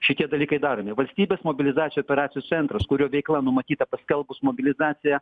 šitie dalykai daromi valstybės mobilizacijos operacijų centras kurio veikla numatyta paskelbus mobilizaciją